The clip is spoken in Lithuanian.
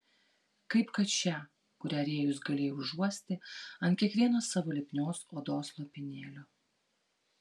kaip kad šią kurią rėjus galėjo užuosti ant kiekvieno savo lipnios odos lopinėlio